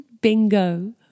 Bingo